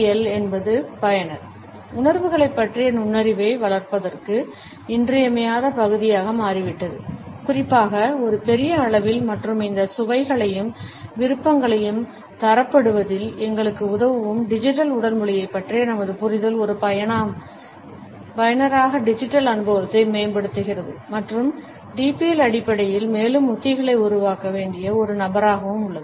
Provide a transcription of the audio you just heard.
L என்பது பயனர் உணர்வுகளைப் பற்றிய நுண்ணறிவை வளர்ப்பதற்கு இன்றியமையாத பகுதியாக மாறிவிட்டது குறிப்பாக ஒரு பெரிய அளவில் மற்றும் இந்த சுவைகளையும் விருப்பங்களையும் தரப்படுத்தலில் எங்களுக்கு உதவவும் டிஜிட்டல் உடல் மொழியைப் பற்றிய நமது புரிதல் ஒரு பயனராக டிஜிட்டல் அனுபவத்தை மேம்படுத்துகிறது மற்றும் டிபிஎல் அடிப்படையில் மேலும் உத்திகளை உருவாக்க வேண்டிய ஒரு நபராகவும் உள்ளது